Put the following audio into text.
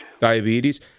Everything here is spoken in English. Diabetes